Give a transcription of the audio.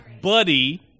Buddy